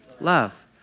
Love